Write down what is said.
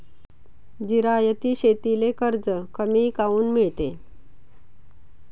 जिरायती शेतीले कर्ज कमी काऊन मिळते?